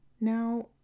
Now